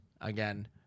again